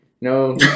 No